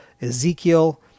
Ezekiel